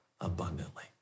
abundantly